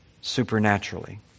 supernaturally